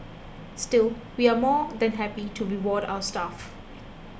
still we are more than happy to reward our staff